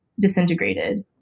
disintegrated